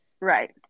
Right